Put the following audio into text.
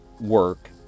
work